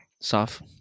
soft